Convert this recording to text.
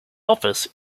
office